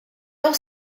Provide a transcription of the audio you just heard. aos